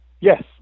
Yes